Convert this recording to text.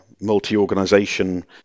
multi-organization